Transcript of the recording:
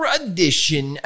edition